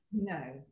No